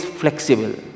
flexible